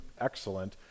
excellent